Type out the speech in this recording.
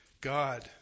God